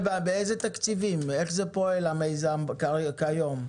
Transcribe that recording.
איך פועל המיזם כיום?